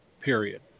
period